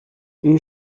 این